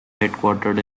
headquartered